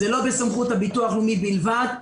זה לא בסמכות הביטוח הלאומי בלבד.